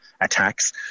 attacks